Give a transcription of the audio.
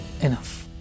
enough